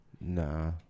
Nah